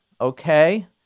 Okay